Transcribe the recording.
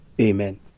Amen